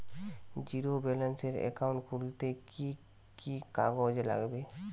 Zero ব্যালেন্সের account খুলতে কি কি কাগজ লাগবে?